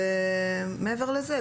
מעבר לזה,